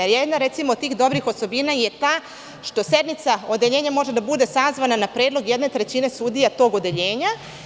Recimo, jedna od tih dobrih osobina je ta što sednica odeljenja može da bude sazvana na predlog jedne trećine sudija tog odeljenja.